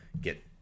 get